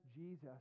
Jesus